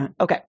Okay